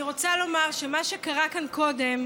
אני רוצה לומר שמה שקרה כאן קודם,